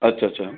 अच्छा अच्छा